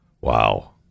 Wow